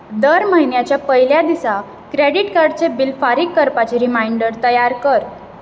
दर म्हयन्याच्या पयल्या दिसा क्रॅडिट कार्डचें बिल फारीक करपाचें रिमांयडर तयार कर